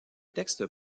textes